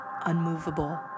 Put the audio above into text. unmovable